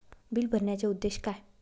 Bill भरण्याचे उद्देश काय?